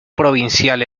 provincial